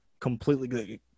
completely